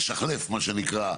לשחלף מה שנקרא,